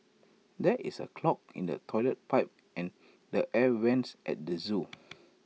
there is A clog in the Toilet Pipe and the air Vents at the Zoo